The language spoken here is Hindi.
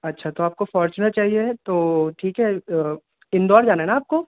अच्छा तो आपको फॉर्च्यूनर चाहिए तो ठीक है इंदौर जाना है ना आपको